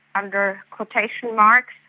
under quotation marks,